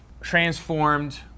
transformed